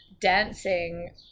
dancing